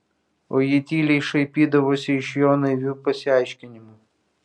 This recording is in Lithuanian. o ji tyliai šaipydavosi iš jo naivių pasiaiškinimų